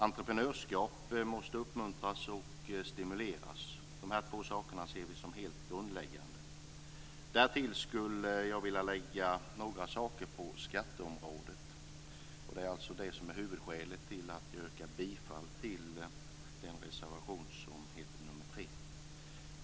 Entreprenörskap måste uppmuntras och stimuleras. Dessa två saker ser vi som helt grundläggande. Därtill skulle jag vilja lägga några saker på skatteområdet; det är de som är huvudskälet till att jag yrkar bifall till reservation nr 3.